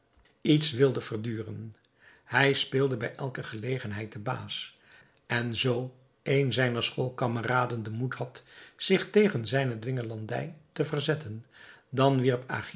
iets wilde verduren hij speelde bij elke gelegenheid den baas en zoo een zijner schoolkameraden den moed had zich tegen zijne dwingelandij te verzetten dan wierp